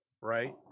right